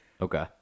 Okay